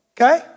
okay